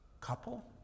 Couple